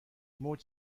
موج